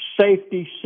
safety